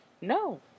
No